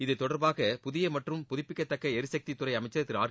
இது தொடர்பாக புதிய மற்றம் புதபிக்கத்தக்க எரிசக்தித் துறை அமைச்சர் திரு ஆர்